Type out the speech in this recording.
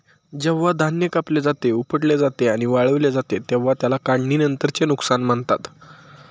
जेव्हा धान्य कापले जाते, उपटले जाते आणि वाळवले जाते तेव्हा त्याला काढणीनंतरचे नुकसान म्हणतात